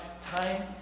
time